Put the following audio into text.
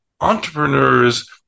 entrepreneurs